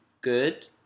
Good